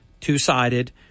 two-sided